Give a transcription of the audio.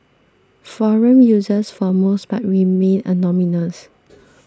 forum users for most parts remain anonymous